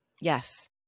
Yes